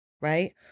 right